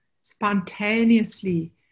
spontaneously